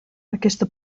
aquesta